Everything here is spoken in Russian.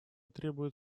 требует